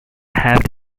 have